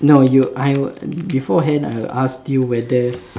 no you I beforehand I asked you whether